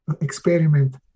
experiment